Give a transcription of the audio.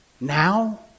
Now